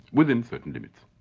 within certain limits.